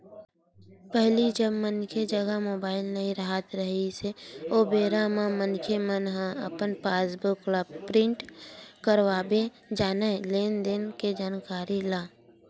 पहिली जब मनखे जघा मुबाइल नइ राहत रिहिस हे ओ बेरा म मनखे मन ह अपन पास बुक ल प्रिंट करवाबे जानय लेन देन के जानकारी ला